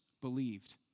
believed